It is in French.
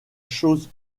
chose